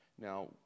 Now